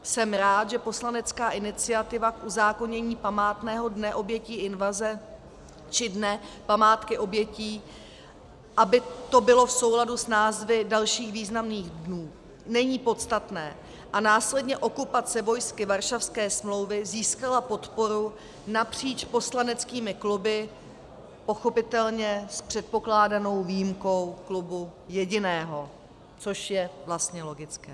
Jsem rád, že poslanecká iniciativa k uzákonění Památného dne obětí invaze, či Dne památky obětí, aby to bylo v souladu s názvy dalších významných dnů, není podstatné, a následně okupace vojsky Varšavské smlouvy získala podporu napříč poslaneckými kluby, pochopitelně s předpokládanou výjimkou klubu jediného, což je vlastně logické.